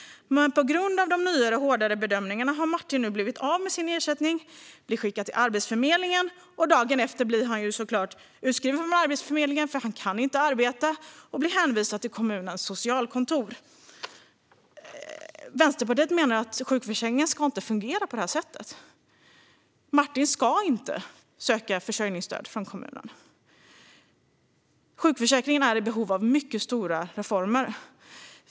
Men på grund av de nya hårdare bedömningarna har Martin blivit av med sin ersättning och blivit skickad till Arbetsförmedlingen. Dagen efter blir han såklart utskriven från Arbetsförmedlingen, eftersom han inte kan arbeta, och hänvisad till kommunens socialkontor. Vänsterpartiet menar att sjukförsäkringen inte ska fungera på det sättet. Martin ska inte söka försörjningsstöd från kommunen. Sjukförsäkringen är i behov av mycket stora reformer.